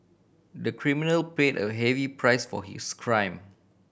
the criminal paid a heavy price for his crime